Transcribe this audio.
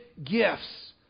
gifts